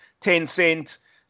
Tencent